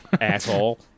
asshole